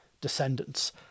descendants